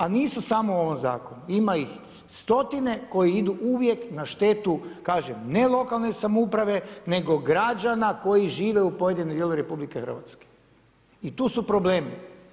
A nisu samo u ovom zakonu, ima ih stotine koje idu uvijek na štetu, kažem, ne lokalne samouprave nego građana koji žive u pojedinom dijelu RH i tu su problemi.